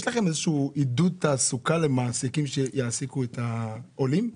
יש לכם איזשהו עידוד תעסוקה למעסיקים שיעסיקו את העולים?